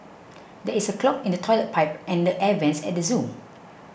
there is a clog in the Toilet Pipe and the Air Vents at the zoo